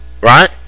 right